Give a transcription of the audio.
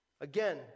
Again